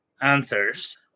answers